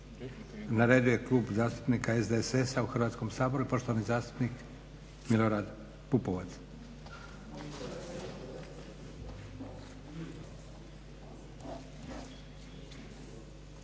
Na redu je Klub zastupnika SDSS-a u Hrvatskom saboru i poštovani zastupnik Milorad Pupovac.